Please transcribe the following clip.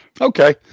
Okay